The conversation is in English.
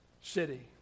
city